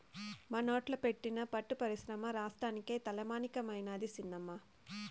మనోట్ల పెట్టిన పట్టు పరిశ్రమ రాష్ట్రానికే తలమానికమైనాది సినమ్మా